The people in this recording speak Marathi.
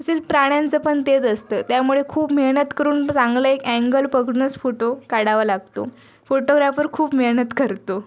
तसेच प्राण्यांचं पण तेच असतं त्यामुळे खूप मेहनत करून चांगलं एक अँगल पकडूनच फोटो काढावा लागतो फोटोग्रॅफर खूप मेहनत करतो